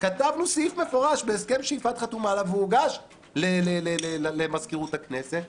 כתבנו סעיף מפורש בהסכם שיפעת חתומה עליו והוא הוגש למזכירות הכנסת,